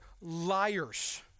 liars